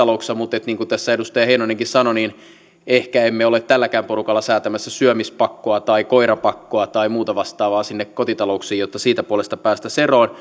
louksissa mutta niin kuin tässä edustaja heinonenkin sanoi ehkä emme ole tälläkään porukalla säätämässä syömispakkoa tai koirapakkoa tai muuta vastaavaa sinne kotitalouksiin jotta siitä puolesta päästäisiin eroon